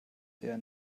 eher